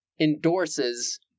endorses